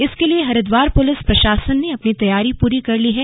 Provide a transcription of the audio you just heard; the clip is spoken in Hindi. इसके लिए हरिद्वार पुलिस प्रशासन ने अपनी तैयारी पूरी कर ली है